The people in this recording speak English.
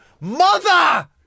mother